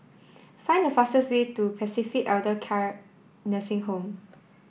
find the fastest way to Pacific Elder Care Nursing Home